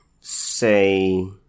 say